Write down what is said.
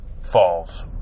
falls